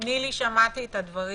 שמעתי את הדברים.